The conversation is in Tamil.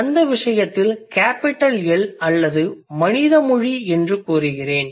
அந்த விசயத்தில் கேபிடல் L அல்லது மனித மொழி என்று கூறுகிறேன்